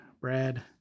Brad